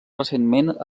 recentment